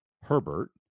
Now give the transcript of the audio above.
Herbert